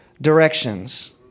directions